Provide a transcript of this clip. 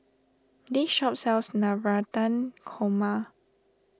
this shop sells Navratan Korma